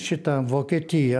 šitą vokietiją